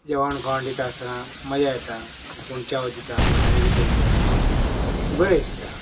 जेवण खावण दिता आसतना मजा येता कोण चाव दिता कोण आणी कितें येता बरें दिसता